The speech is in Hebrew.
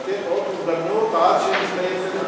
לתת עוד הזדמנות עד שיסתיים הדיון